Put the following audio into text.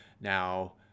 Now